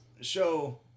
show